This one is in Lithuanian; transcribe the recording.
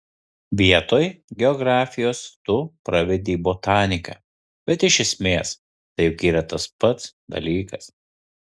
vietoj geografijos tu pravedei botaniką bet iš esmės tai juk yra tas pats dalykas